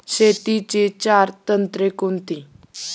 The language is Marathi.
शेतीची चार तंत्रे कोणती?